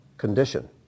Condition